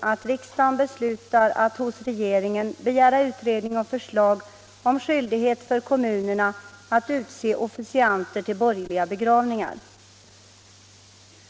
att riksdagen beslutar att hos regeringen begära utredning och förslag om skyldighet för kommun att utse officianter till borgerliga begravningar.